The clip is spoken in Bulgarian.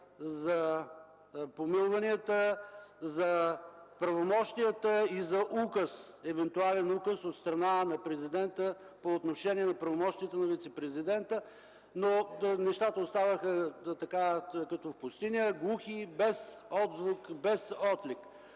за помилванията, за правомощията и за евентуален указ от страна на президента по отношение на правомощията на вицепрезидента, но нещата оставаха като глас в пустиня, без отзвук, без отклик.